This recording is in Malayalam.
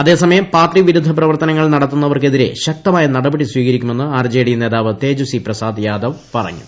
അതേസമയം പാർട്ടി വിരുദ്ധ പ്രവർത്തനങ്ങൾ നടത്തുന്നവർക്ക് എതിരെ ശക്തമായ നടപടി സ്വീകരിക്കുമെന്ന് ആർ ജെ ഡി നേതാവ് തേജസ്വി പ്രസാദ് യാദവ് പറഞ്ഞു